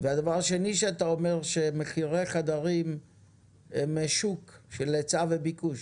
הדבר השני שאתה אומר הוא שמחירי החדרים הם שוק של היצע וביקוש.